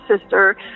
sister